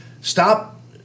stop